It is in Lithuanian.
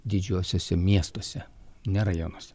didžiuosiuose miestuose ne rajonus